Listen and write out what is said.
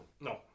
No